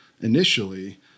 initially